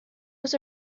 was